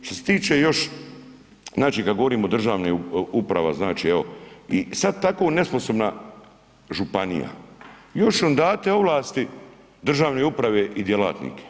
Što se tiče još, znači kad govorimo o državnoj uprava, znači evo, i sad tako nesposobna županija još nam date ovlasti državnoj upravi i djelatnike.